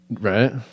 right